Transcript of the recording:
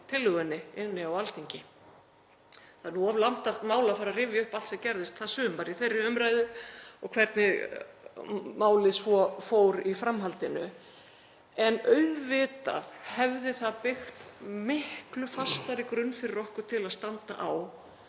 tillögunni á Alþingi. Það er of langt mál að fara að rifja upp allt sem gerðist það sumar í þeirri umræðu og hvernig málið svo fór í framhaldinu. En auðvitað hefði það byggt miklu fastari grunn fyrir okkur til að standa á